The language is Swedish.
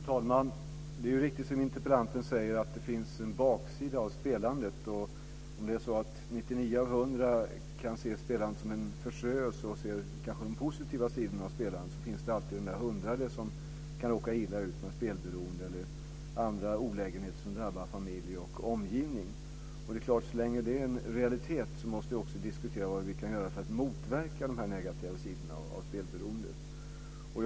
Fru talman! Det är riktigt som interpellanten säger, att det finns en baksida av spelandet. Om 99 av 100 kan se spelandet som en förströelse och kan se de positiva sidorna, finns det alltid den hundrade som kan råka illa ut, med spelberoende eller andra olägenheter som drabbar familj och omgivning. Så länge det är en realitet måste vi också diskutera vad vi kan göra för att motverka de negativa sidorna av spelberoendet.